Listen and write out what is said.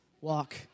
walk